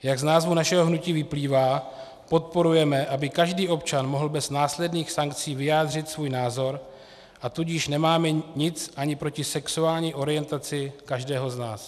Jak z názvu našeho hnutí vyplývá, podporujeme, aby každý občan mohl bez následných sankcí vyjádřit svůj názor, a tudíž nemáme nic ani proti sexuální orientaci každého z nás.